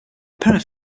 parents